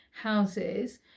houses